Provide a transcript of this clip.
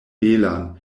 belan